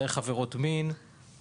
דרך עבירות מין,